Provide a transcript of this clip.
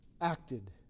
acted